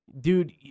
Dude